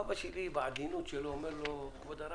משרד ראש הממשלה ומבקש אנא קיימו דיון שמגדיר קודם כל את